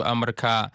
Amerika